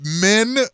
men